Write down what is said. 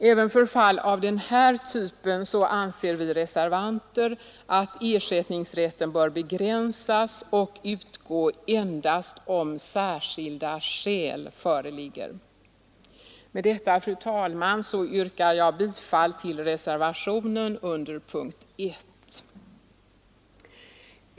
Även för fall av den här typen anser vi reservanter att ersättningsrätten bör begränsas och utgå endast om särskilda skäl föreligger. Med detta, fru talman, yrkar jag bifall till reservationen under punkt 1.